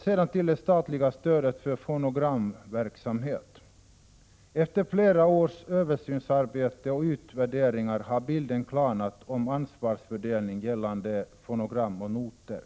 Sedan till det statliga stödet för fonogramverksamhet. Efter flera års översynsarbete och utvärderingar har bilden klarnat i fråga om ansvarsfördelning gällande fonogram och noter.